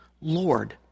Lord